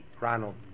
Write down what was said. Ronald